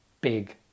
big